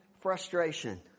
frustration